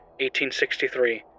1863